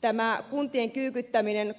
tämä kuntien kyykyttäminen